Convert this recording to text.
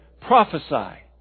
Prophesy